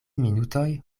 minutoj